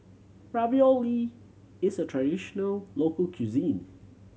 ravioli is a traditional local cuisine